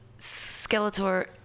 Skeletor